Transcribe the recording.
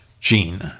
gene